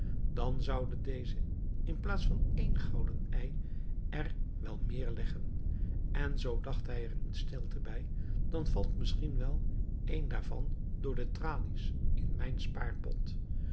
dan zoude deze in plaats van één gouden ei er wel meer leggen en zoo dacht hij er in stilte bij dan valt er misschien wel een daarvan door de tralies in mijn spaarpot